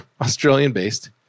Australian-based